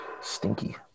Stinky